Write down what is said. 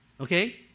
Okay